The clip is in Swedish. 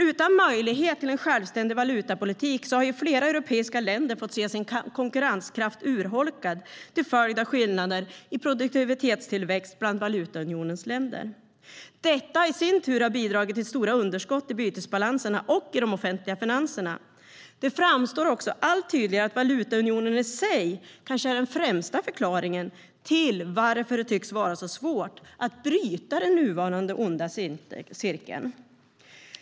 Utan möjlighet till en självständig valutapolitik har flera europeiska länder fått se sin konkurrenskraft urholkad till följd av skillnader i produktivitetstillväxt bland valutaunionens länder. Detta i sin tur har bidragit till stora underskott i bytesbalanserna och i de offentliga finanserna. Det framstår också allt tydligare att valutaunionen i sig kanske är den främsta förklaringen till att det tycks vara så svårt att bryta den nuvarande onda cirkeln.